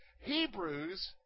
Hebrews